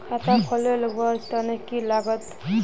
खाता खोले लगवार तने की लागत?